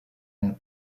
and